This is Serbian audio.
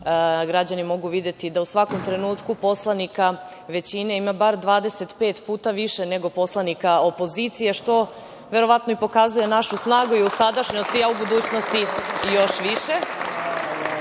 građani mogu videti da u svakom trenutku poslanika većine ima bar 25 puta više nego poslanika opozicije, što verovatno i pokazuje našu snagu i u sadašnjosti, a u budućnosti i još više.